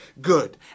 good